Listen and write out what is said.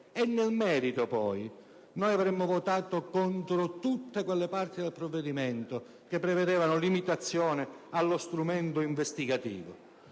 Nel merito, noi avremmo votato contro tutte le parti del provvedimento che prevedono limitazioni allo strumento investigativo.